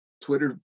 twitter